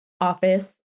office